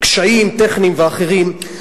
קשיים טכניים ואחרים,